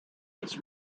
its